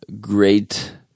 great